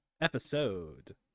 episode